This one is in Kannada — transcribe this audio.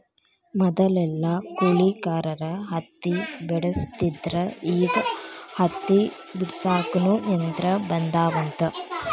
ಮದಲೆಲ್ಲಾ ಕೂಲಿಕಾರರ ಹತ್ತಿ ಬೆಡಸ್ತಿದ್ರ ಈಗ ಹತ್ತಿ ಬಿಡಸಾಕುನು ಯಂತ್ರ ಬಂದಾವಂತ